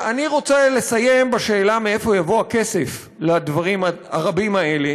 אני רוצה לסיים בשאלה: מאיפה יבוא הכסף לדברים הרבים האלה?